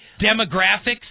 Demographics